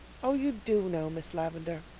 oh, you do know, miss lavendar.